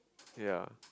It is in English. ya